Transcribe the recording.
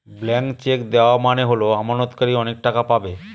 blank cheque দেওয়া মানে হল আমানতকারী অনেক টাকা পাবে